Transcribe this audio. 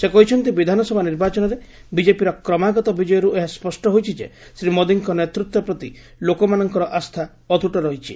ସେ କହିଛନ୍ତି ବିଧାନସଭା ନିର୍ବାଚନରେ ବିଜେପିର କ୍ରମାଗତ ବିକୟରୁ ଏହା ସ୍ୱଷ୍ଟ ହୋଇଛି ଯେ ଶ୍ରୀ ମୋଦିଙ୍କ ନେତୃତ୍ୱ ପ୍ରତି ଲୋକମାନଙ୍କର ଆସ୍ଥା ଅତୁଟ ରହିଛି